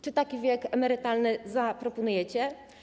Czy taki wiek emerytalny zaproponujecie?